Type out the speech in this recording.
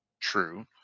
True